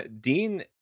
Dean